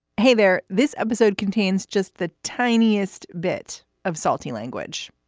hey there. this episode contains just the tiniest bit of salty language.